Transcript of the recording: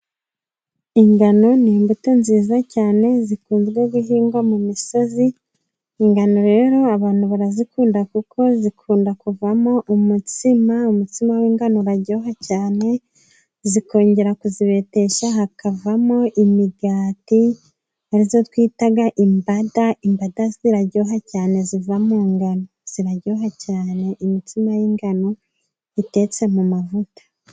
Ingano ni imbuto nziza cyane zikunzwe guhingwa mu misozi, ingano rero abantu barazikunda kuko zikunda kuvamo umutsima, umutsima w'ingano uraryoha cyane, zikongera kuzibetesha hakavamo imigati, ariyo twita imbada, imbada ziraryoha cyane, ziva mu ngano. Ziraryoha cyane, imitsima y'ingano itetse mu mavuta.